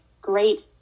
great